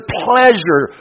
pleasure